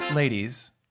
Ladies